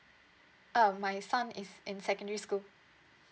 um my son is in secondary school